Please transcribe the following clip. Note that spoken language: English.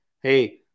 hey